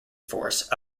force